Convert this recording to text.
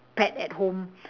pet at home